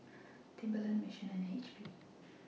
Timberland Mission and H P